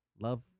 love